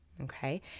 okay